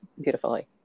beautifully